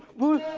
will